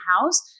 house